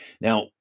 now